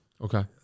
Okay